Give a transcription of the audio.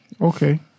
Okay